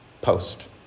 post